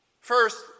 First